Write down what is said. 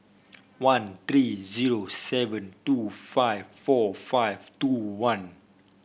one three zero seven two five four five two one